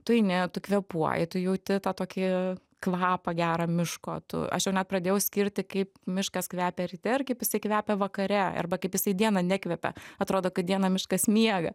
tu eini tu kvėpuoji tu jauti tą tokį kvapą gerą miško tu aš jau net pradėjau skirti kaip miškas kvepia ryte ir kaip jisai kvepia vakare arba kaip jisai dieną nekvepia atrodo kad dieną miškas miega